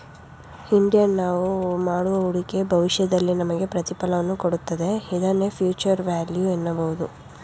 Indian ನಾವು ಮಾಡುವ ಹೂಡಿಕೆ ಭವಿಷ್ಯದಲ್ಲಿ ನಮಗೆ ಪ್ರತಿಫಲವನ್ನು ಕೊಡುತ್ತದೆ ಇದನ್ನೇ ಫ್ಯೂಚರ್ ವ್ಯಾಲ್ಯೂ ಎನ್ನಬಹುದು